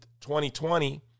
2020